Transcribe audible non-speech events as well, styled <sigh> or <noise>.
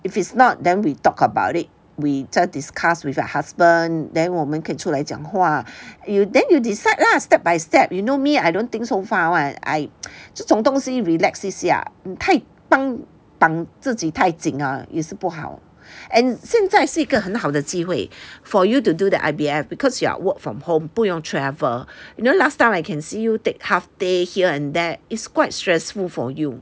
if it's not then we talk about it we can discuss with your husband then 我们可以出来讲话 you then you decide lah step by step you know me I don't think so far [one] I <noise> 这种东西 relax 一下太绑绑自己太紧也是不好 and 现在是一个很好的机会 for you to do the I_V_F because you are work from home 不用 travel you know last time I can see you take half day here and there it's quite stressful for you